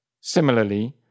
Similarly